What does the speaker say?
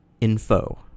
info